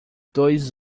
dois